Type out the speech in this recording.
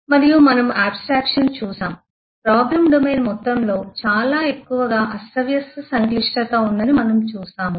మరియు మనము ఆబ్స్ట్రక్షన్ చూసాం ప్రాబ్లం డొమైన్ మొత్తంలో చాలా ఎక్కువగా అస్తవ్యస్త సంక్లిష్టత ఉందని మనము చూసాము